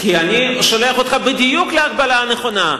אני שולח אותך בדיוק להקבלה הנכונה,